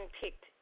picked